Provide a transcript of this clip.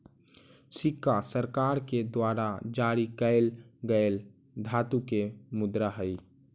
सिक्का सरकार के द्वारा जारी कैल गेल धातु के मुद्रा हई